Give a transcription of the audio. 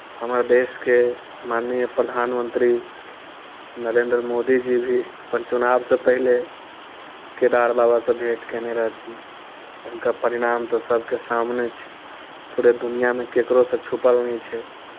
हमर देशके माननीय प्रधानमंत्री नरेंद्र मोदी जी भी अपन चुनावसँ पहिले केदार बाबासँ भेँट कयने रहथिन आओर हुनकर परिणाम तऽ सभके सामने छै पूरा दुनिआँमे ककरोसँ छुपल नहि छै